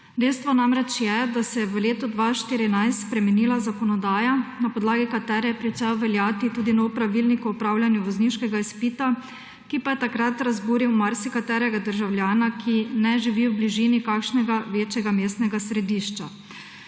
Dejstvo je namreč, da se je v letu 2014 spremenila zakonodaja, na podlagi katere je pričel veljati tudi nov pravilnik o opravljanju vozniškega izpita, ki pa je takrat razburil marsikaterega državljana, ki ne živi v bližini kakšnega večjega mestnega središča.